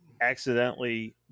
accidentally